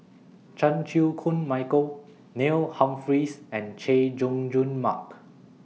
Chan Chew Koon Michael Neil Humphreys and Chay Jung Jun Mark